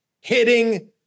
hitting